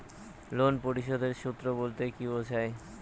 Loan পরিশোধের সূএ বলতে কি বোঝায়?